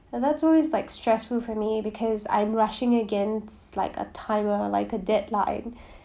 and that’s always like stressful for me because I'm rushing against like a timer like a deadline